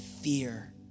fear